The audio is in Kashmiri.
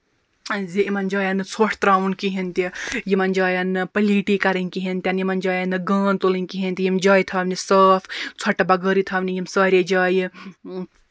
زِ یِمن جاین نہٕ ژھۅٹ ترٛاوُن کہیٖنٛۍ تہِ یِمن جاین پٔلیٖٹی کَرٕنۍ کِہیٖنٛۍ تہِ نہٕ یِمن جاین نہٕ گانٛد تُلٕنۍ کِہیٖنٛۍ تہِ یِم جایہِ تھاونہِ صاف ژھۅٹہٕ بَغٲرٕے تھاونہِ یِم ساریٚے جایہِ